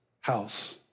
house